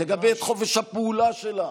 תגבה את חופש הפעולה שלה,